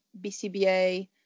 BCBA